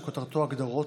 שכותרתו "הגדרות",